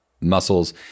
muscles